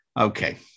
Okay